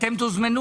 אתם תוזמנו